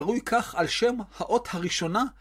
קרוי כך על שם האות הראשונה.